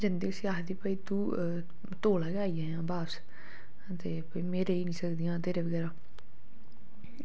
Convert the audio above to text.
जंदी आखदी भई तू तोलै गै आई जायां बापस ते में रेही निं सकदी ऐ तेरे बगैर